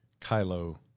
Kylo